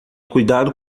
cuidado